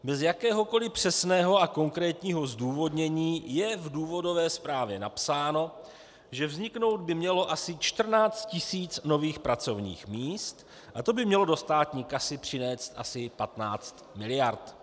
Bez jakéhokoli přesného a konkrétního zdůvodnění je v důvodové zprávě napsáno, že vzniknout by mělo asi 14 tisíc nových pracovních míst a to by mělo do státní kasy přinést asi 15 miliard.